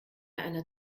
einer